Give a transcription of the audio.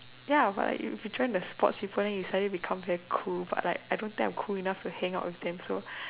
ya but if you join the sports people then you suddenly become very cool but like I don't think I am cool enough to hang out with them so